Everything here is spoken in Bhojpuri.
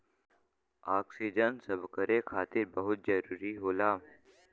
ओक्सीजन सभकरे खातिर बहुते जरूरी होला